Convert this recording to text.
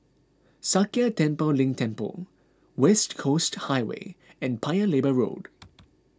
Sakya Tenphel Ling Temple West Coast Highway and Paya Lebar Road